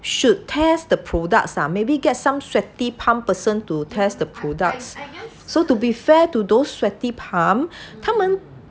should test the products ah maybe get some sweaty palms person to test the products so to be fair to those sweaty palm 他们